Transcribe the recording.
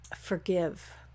forgive